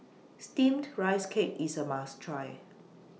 Steamed Rice Cake IS A must Try